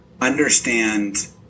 understand